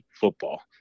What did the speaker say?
football